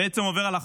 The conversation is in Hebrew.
בעצם עובר על החוק.